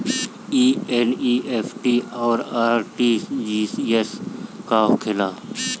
ई एन.ई.एफ.टी और आर.टी.जी.एस का होखे ला?